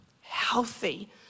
healthy